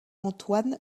antoine